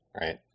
right